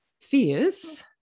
fears